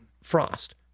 frost